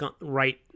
right